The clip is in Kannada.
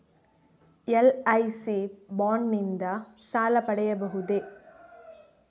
ಎಲ್.ಐ.ಸಿ ಬಾಂಡ್ ನಿಂದ ಸಾಲ ಪಡೆಯಬಹುದೇ?